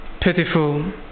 pitiful